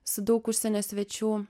su daug užsienio svečių